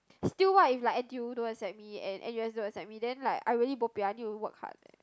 still what if like N_T_U don't accept me and N_U_S don't accept me then like I really bo bian I need to work hard eh